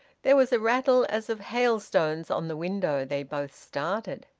there was a rattle as of hailstones on the window. they both started.